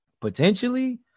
potentially